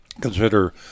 consider